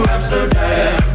Amsterdam